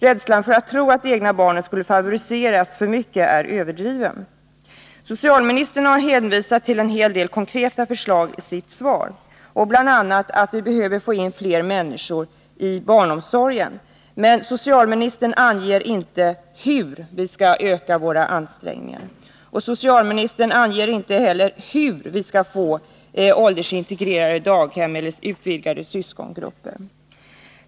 Rädslan för att de egna barnen skulle favoriseras för mycket är överdriven. Socialministern har i sitt svar hänvisat till en hel del konkreta förslag. Bl. a. har hon sagt att vi behöver få in fler äldre människor i barnomsorgen. Men socialministern anger inte hur vi skall öka våra ansträngningar. Socialministern anger inte heller hur vi skall få åldersintegrerade daghem med utvidgade syskongrupper.